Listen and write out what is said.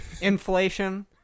Inflation